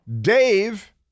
Dave